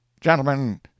Gentlemen—